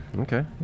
Okay